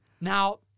Now